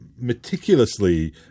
meticulously